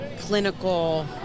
clinical